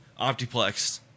Optiplex